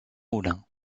moulins